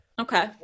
Okay